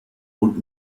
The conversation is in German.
und